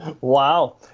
wow